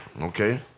okay